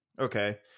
okay